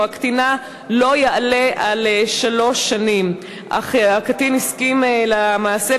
הקטינה לא יעלה על שלוש שנים אך הקטין הסכים למעשה,